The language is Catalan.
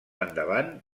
endavant